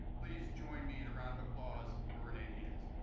please join me in a round of applause for renee diaz.